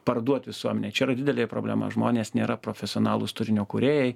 parduot visuomenei čia yra didelė problema žmonės nėra profesionalūs turinio kūrėjai